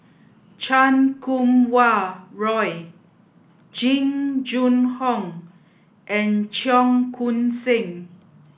Chan Kum Wah Roy Jing Jun Hong and Cheong Koon Seng